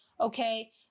okay